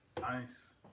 Nice